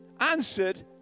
answered